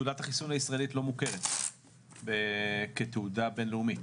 החיסון הישראלית לא מוכרת כתעודה בין-לאומית.